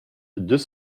deux